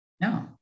no